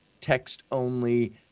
text-only